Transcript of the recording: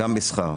כן.